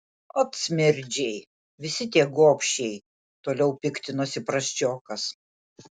ot smirdžiai visi tie gobšiai toliau piktinosi prasčiokas